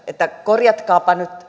että korjatkaapa nyt